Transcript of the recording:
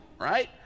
right